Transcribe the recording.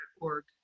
org